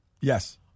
Yes